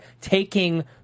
taking